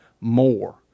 more